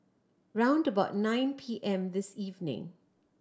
round about nine P M this evening